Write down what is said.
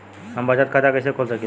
हम बचत खाता कईसे खोल सकिला?